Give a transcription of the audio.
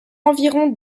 environ